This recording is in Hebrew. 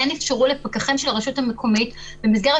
כן אפשרו לפקחים של הרשות המקומית במסגרת